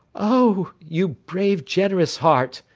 oh! you brave, generous heart,